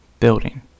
building